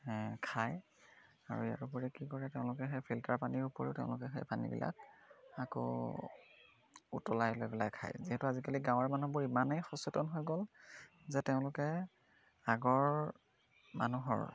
খায় আৰু ইয়াৰ উপৰি কি কৰে তেওঁলোকে সেই ফিল্টাৰ পানীৰ উপৰিও তেওঁলোকে সেই পানীবিলাক আকৌ উতলাই লৈ পেলাই খায় যিহেতু আজিকালি গাঁৱৰ মানুহবোৰ ইমানেই সচেতন হৈ গ'ল যে তেওঁলোকে আগৰ মানুহৰ